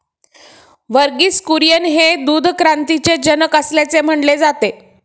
वर्गीस कुरियन हे दूध क्रांतीचे जनक असल्याचे म्हटले जाते